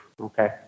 Okay